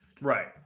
Right